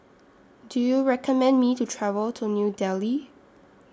Do YOU recommend Me to travel to New Delhi